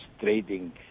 trading